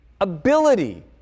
ability